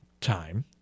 time